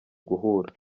guhura